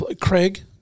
Craig